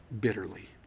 bitterly